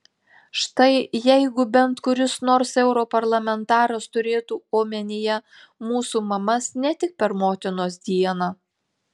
štai jeigu bent kuris nors europarlamentaras turėtų omenyje mūsų mamas ne tik per motinos dieną